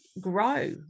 grow